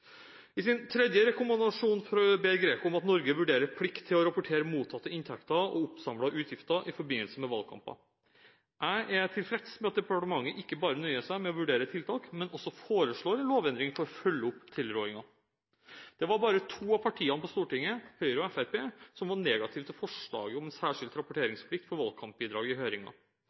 I sin tredje rekommandasjon ber GRECO om at Norge vurderer plikt til å rapportere mottatte inntekter og oppsamlede utgifter i forbindelse med valgkamper. Jeg er tilfreds med at departementet ikke bare nøyer seg med å vurdere tiltak, men også foreslår en lovendring for å følge opp tilrådingen. Det var bare to av partiene på Stortinget, Høyre og Fremskrittspartiet, som var negative til forslaget om en særskilt rapporteringsplikt for valgkampbidrag i